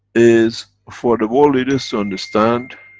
is for the world leaders to understand